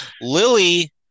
Lily